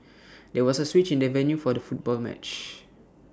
there was A switch in the venue for the football match